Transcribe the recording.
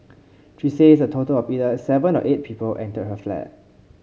she says a total of either seven or eight people entered her flat